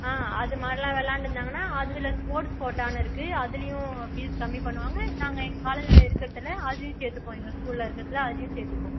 ஆ அது மாதிரிலாம் விளையாண்டுருந்தாங்கன்னா அதில் ஸ்போர்ட்ஸ் கோட்டான்னு இருக்குது அதுலேயும் ஃபீஸ் கம்மி பண்ணுவாங்க நாங்கள் எங்கள் காலேஜ்ஜில் இருக்கிறதுல அதுலேயும் சேர்த்துப்போம் எங்கள் ஸ்கூலில் இருக்கிறதுல அதுலேயும் சேர்த்துப்போம்